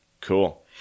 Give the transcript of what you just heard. Cool